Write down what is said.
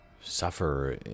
suffer